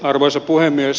arvoisa puhemies